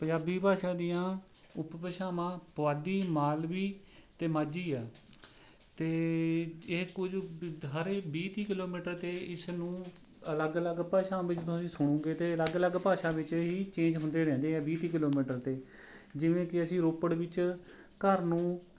ਪੰਜਾਬੀ ਭਾਸ਼ਾ ਦੀਆਂ ਉਪਭਾਸ਼ਾਵਾਂ ਪੁਆਧੀ ਮਾਲਵੀ ਅਤੇ ਮਾਝੀ ਆ ਅਤੇ ਇਹ ਕੁਝ ਵੀ ਦ ਹਰ ਵੀਹ ਤੀਹ ਕਿਲੋਮੀਟਰ 'ਤੇ ਇਸਨੂੰ ਅਲੱਗ ਅਲੱਗ ਭਾਸ਼ਾਵਾਂ ਵਿੱਚ ਤੁਸੀਂ ਸੁਣੁਗੇ ਅਤੇ ਅਲੱਗ ਅਲੱਗ ਭਾਸ਼ਾ ਵਿੱਚ ਹੀ ਚੇਂਜ਼ ਹੁੰਦੇ ਰਹਿੰਦੇ ਹੈ ਵੀਹ ਤੀਹ ਕਿਲੋਮੀਟਰ 'ਤੇ ਜਿਵੇਂ ਕਿ ਅਸੀਂ ਰੋਪੜ ਵਿੱਚ ਘਰ ਨੂੰ